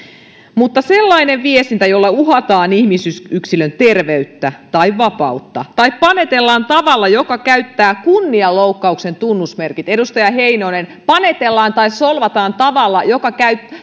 mutta sellainen viestintä jolla uhataan ihmisyksilön terveyttä tai vapautta tai panetellaan tavalla joka täyttää kunnianloukkauksen tunnusmerkit edustaja heinonen panetellaan tai solvataan tavalla joka